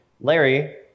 Larry